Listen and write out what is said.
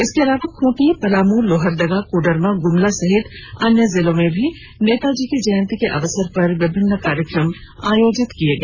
इसके अलावा खूंटी पलामू लोहरदगा कोडरमा ग्रमला सहित अन्य जिलों में भी नेताजी की जयंती के अवसर पर विभिन्न कार्यक्रम का आयोजन किया गया